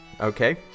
Okay